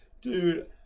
dude